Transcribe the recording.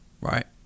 right